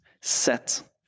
set